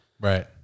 Right